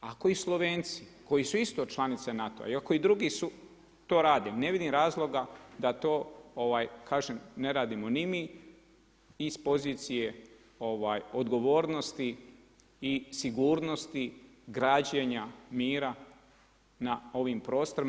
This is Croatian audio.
Ako i Slovenci koji su isto članice NATO-a i ako i drugi to rade ne vidim razloga da to kažem ne radimo ni mi iz pozicije odgovornosti i sigurnosti građenja mira na ovim prostorima.